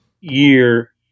year